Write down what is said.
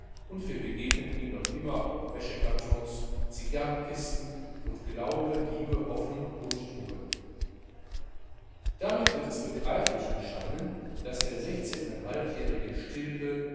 und wir begegnen ihm noch immer auf wäschekartons cigarrenkisten und glaube liebe hoffnung buntdrucken damit wird es begreiflich erscheinen daß der sechzehneinhalbjährige stilpe